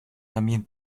también